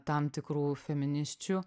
tam tikrų feminisčių